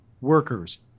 workers